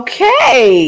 Okay